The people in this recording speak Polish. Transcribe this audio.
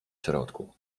środku